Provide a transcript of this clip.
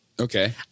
Okay